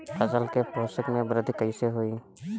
फसल के पोषक में वृद्धि कइसे होई?